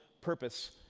purpose